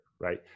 right